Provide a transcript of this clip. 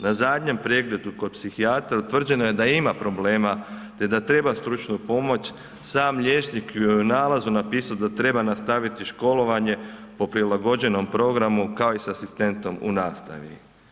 Na zadnjem pregledu kod psihijatra utvrđeno je da ima problema, te da treba stručnu pomoć, sam liječnik joj je u nalazu napisao da treba nastaviti školovanje po prilagođenom programu, kao i sa asistentom u nastavi.